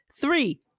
three